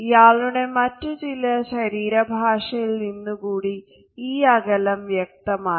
ഇയാളുടെ മറ്റു ചില ശരീര ഭാഷയിൽ നിന്നു കൂടി ഈ അകലം വ്യക്തമാണ്